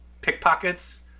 pickpockets